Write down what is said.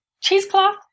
cheesecloth